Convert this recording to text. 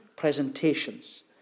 presentations